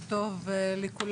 בוקר טוב לכולם,